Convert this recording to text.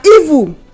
evil